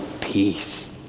peace